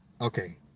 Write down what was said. okay